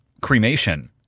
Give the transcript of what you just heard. Cremation